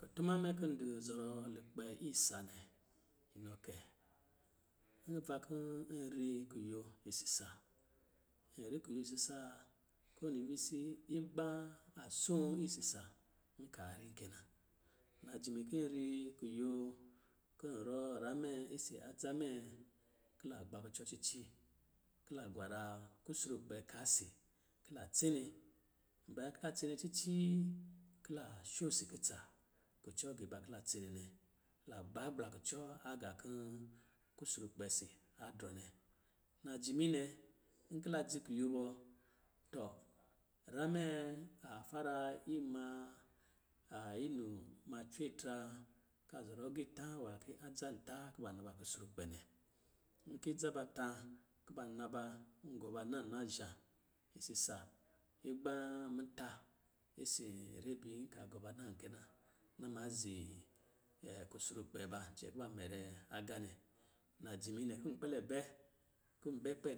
Kutuma mɛ kɔ̄ du zɔrɔ lukpɛ isa nɛ, nɔ kɛ. Nva kɔ n vi kuyo isisa, n vi kuyo isisaa konivisii igbɔ̄ a soo isisa, nka ri kɛ na. Na jimi ki ri kuyo kɔ̄ rɔ ra mɛ isi adza mɛ, ki la gbakucɔ cici, ki la gwara kusurukpɛ ka si, ki la tsɛnɛ. Baya ki la tsene ciciii, ki la sho si kutsa kucɔ giiba ki la tsene nɛ, kila gbagbla kucɔ aga kɛ kusurukpɛ si a drɔ nɛ. Najimi nɛ, nkɔ̄ la dzi kuyo bɔ, tɔ, ra mɛ a fara imaa a inu ma cwe tra, ka zɔrɔ giitɔ̄ nwa ki adza ta kuba na ba kusrukpɛ nɛ. Nki dza ba tɔ̄, kuba na ba, kɔ̄ gɔ ba na nazhɔ̄ isisa igbā muta isis rebi, nka gɔ ba nan kɛ na, na ma zi kusurukpɛ ba, cɛ kuba mɛrɛ aga nɛ. Najimi nɛ kɔ̄ kpɛlɛ bɛ, kɔ̄ bɛ kpɛ